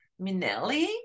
Minelli